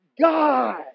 God